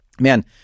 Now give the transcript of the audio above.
Man